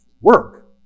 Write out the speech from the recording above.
work